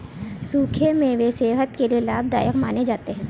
सुखे मेवे सेहत के लिये लाभदायक माने जाते है